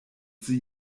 sie